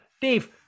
Dave